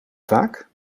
vaak